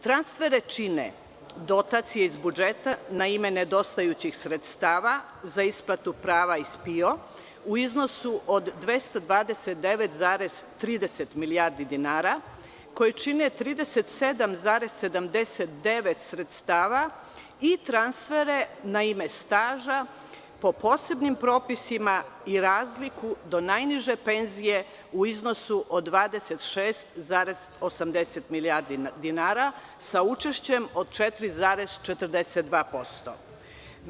Transfere čine dotacije iz budžeta na ime nedostajućih sredstava za isplatu prava iz PIO, u iznosu od 229,30 milijardi dinara, koji čine 37,79 sredstava i transfere na ime staža po posebnim propisima i razliku do najniže penzije u iznosu od 26,80 milijardi dinara, sa učešćem od 4,42%